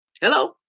Hello